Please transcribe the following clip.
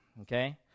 okay